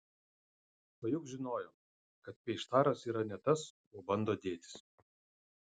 o juk žinojo kad peištaras yra ne tas kuo bando dėtis